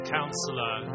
Counselor